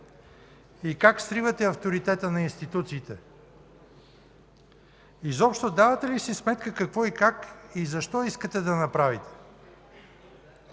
и как сривате авторитета на институциите? Изобщо давате ли си сметка какво и как, и защо искате да направите?